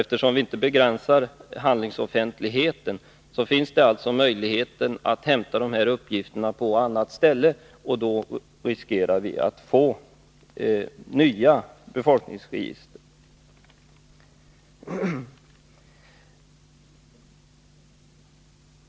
Eftersom vi inte begränsar handlingsoffentligheten, finns det alltså en möjlighet att hämta uppgifterna någon annanstans, och då riskerar vi att få nya befolkningsregister.